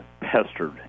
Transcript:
pestered